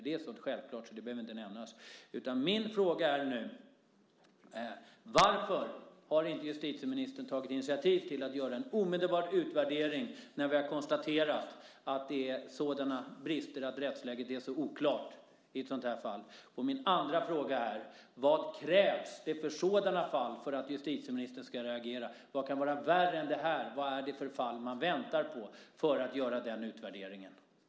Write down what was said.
Det är ju så självklart att det inte ens behöver nämnas. Min första fråga är: Varför har inte justitieministern tagit initiativ till att göra en omedelbar utvärdering när vi konstaterat att det finns sådana brister, att rättsläget är så oklart som det är i detta fall? Jag vill också fråga: Vad krävs det för fall för att justitieministern ska reagera? Vad kan vara värre än det här? Vad är det för fall man väntar på för att göra utvärderingen?